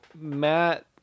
Matt